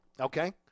Okay